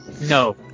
No